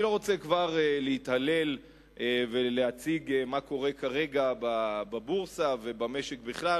אני לא רוצה כבר להתהלל ולהציג מה קורה כרגע בבורסה ובמשק בכלל,